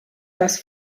das